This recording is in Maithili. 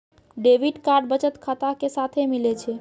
डेबिट कार्ड बचत खाता के साथे मिलै छै